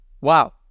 Wow